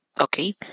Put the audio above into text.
okay